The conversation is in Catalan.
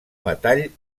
metall